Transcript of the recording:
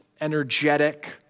energetic